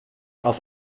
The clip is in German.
auf